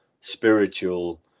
spiritual